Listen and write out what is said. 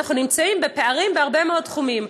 שאנחנו נמצאים בפערים בהרבה מאוד תחומים.